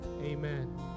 amen